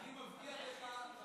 אני מבטיח לך,